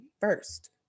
first